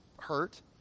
hurt